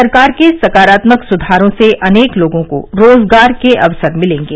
सरकार के सकारात्मक सुधारों से अनेक लोगों को रोजगार के अवसर मिलेंगे